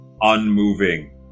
unmoving